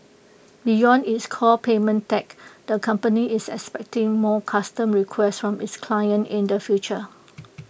beyond its core payment tech the company is expecting more custom requests from its clients in the future